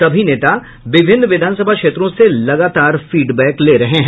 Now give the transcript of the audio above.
सभी नेता विभिन्न विधानसभा क्षेत्रों से लगातार फीडबैक ले रहे हैं